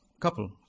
couple